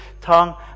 tongue